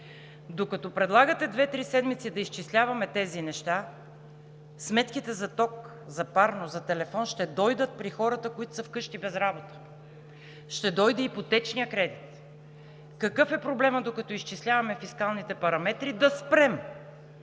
докато предлагате две-три седмици да изчисляваме тези неща: сметките за ток, за парно, за телефон, ще дойдат при хората, които са вкъщи – без работа, ще дойде ипотечният кредит. Какъв е проблемът, докато изчисляваме фискалните параметри, да спрем,